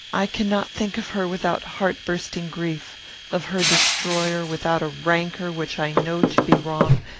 i cannot think of her without heart-bursting grief of her destroyer, without a rancour which i know to be wrong,